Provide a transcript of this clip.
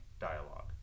dialogue